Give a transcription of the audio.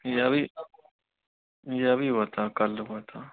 ये अभी ये अभी हुआ था कल हुआ था